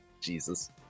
Jesus